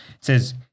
says